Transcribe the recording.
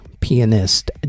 Pianist